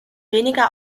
weniger